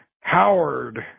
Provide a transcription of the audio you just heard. Howard